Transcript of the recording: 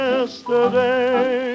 Yesterday